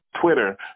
Twitter